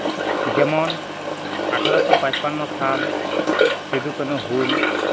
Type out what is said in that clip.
ᱡᱮᱢᱚᱱ ᱟᱴᱷᱨᱚᱥᱚ ᱯᱟᱸᱪᱯᱟᱱᱱᱚ ᱥᱟᱞ ᱥᱤᱫᱩᱼᱠᱟᱹᱱᱩ ᱦᱩᱞ